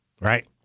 right